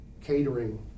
catering